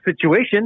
situation